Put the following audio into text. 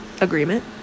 agreement